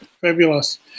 Fabulous